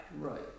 Right